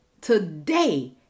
today